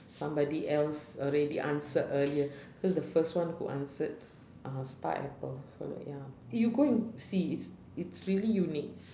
somebody else already answered earlier cause the first one who answered uh star apple correct ya you go and see it's it's really unique